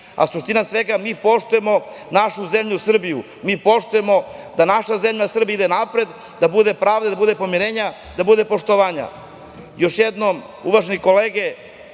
a suština svega mi poštujemo našu zemlju Srbiju, mi poštujemo da naša zemlja Srbija ide napred, da bude pravde, da bude pomirenja, da bude poštovanja. Još jednom, uvažene kolege,